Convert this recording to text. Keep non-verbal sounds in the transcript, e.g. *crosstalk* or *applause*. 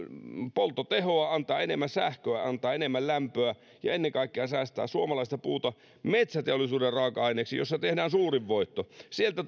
polttotehoa antaa enemmän sähköä antaa enemmän lämpöä ja ennen kaikkea säästää suomalaista puuta metsäteollisuuden raaka aineeksi jossa tehdään suurin voitto sieltä *unintelligible*